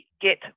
get